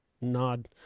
Nod